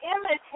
imitate